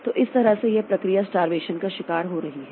तो इस तरह से यह प्रक्रिया स्टारवेशन का शिकार हो रही है